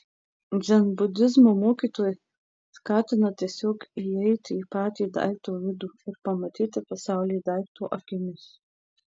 dzenbudizmo mokytojai skatina tiesiog įeiti į patį daikto vidų ir pamatyti pasaulį daikto akimis